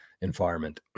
environment